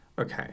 okay